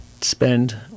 spend